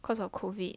cause of COVID